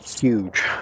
huge